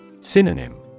Synonym